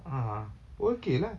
ah okay lah